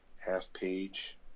half-page